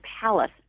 palace